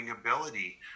ability